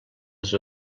les